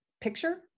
picture